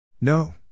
No